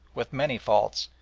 with many faults,